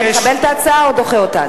אתה מקבל את ההצעה או דוחה אותה?